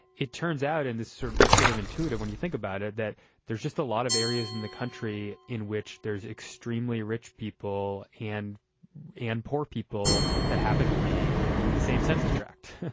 it turns out in this certain it's sort of intuitive when you think about it, that there's just a lot of areas in the country in which there's extremely rich people and and poor people that happen to be in the same census tract.